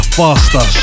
faster